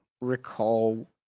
recall